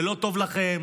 זה לא טוב לכם,